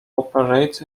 operates